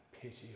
pity